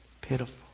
pitiful